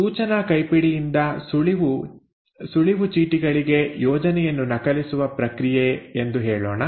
ಸೂಚನಾ ಕೈಪಿಡಿಯಿಂದ ಸುಳಿವು ಚೀಟಿಗಳಿಗೆ ಯೋಜನೆಯನ್ನು ನಕಲಿಸುವ ಪ್ರಕ್ರಿಯೆ ಎಂದು ಹೇಳೋಣ